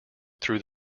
through